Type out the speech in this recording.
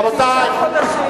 תשעה חודשים,